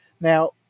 Now